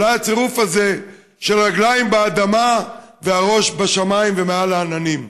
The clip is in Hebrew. אולי הצירוף הזה של רגליים באדמה והראש בשמיים ומעל העננים.